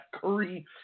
Curry